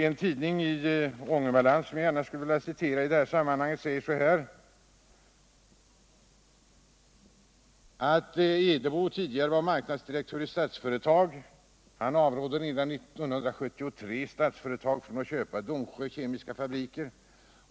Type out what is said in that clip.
En tidning i Ångermanland som jag gärna skulle vilja citera i detta sammanhang säger: ”Edebo var tidigare marknadsdirektör i Statsföretag. Han avrådde 1973 Statsföretag från att köpa Domsjö Kemiska Fabriker.